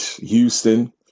Houston